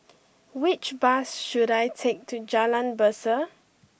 which bus should I take to Jalan Berseh